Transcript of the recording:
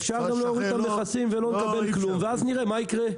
אפשר גם להוריד את המכסים ולא לקבל כלום ואז נראה מה יקרה.